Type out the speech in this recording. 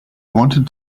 wanted